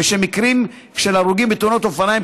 ושמקרים של הרוגים בתאונות אופניים,